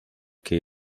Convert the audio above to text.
che